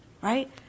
Right